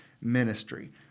ministry